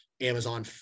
Amazon